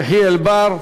יחיאל חיליק בר,